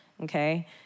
okay